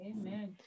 amen